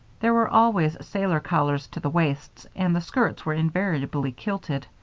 there were always sailor collars to the waists, and the skirts were invariably kilted.